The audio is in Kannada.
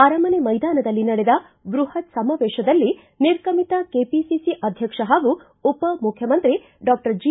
ಅರಮನೆ ಮೈದಾನದಲ್ಲಿ ನಡೆದ ಬ್ಬಹತ್ ಸಮಾವೇಶದಲ್ಲಿ ನಿರ್ಗಮಿತ ಕೆಪಿಸಿಸಿ ಅಧ್ಯಕ್ಷ ಹಾಗೂ ಉಪ ಮುಖ್ಯಮಂತ್ರಿ ಡಾಕ್ಷರ್ ಜಿ